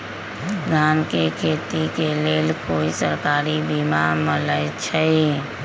धान के खेती के लेल कोइ सरकारी बीमा मलैछई?